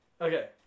Okay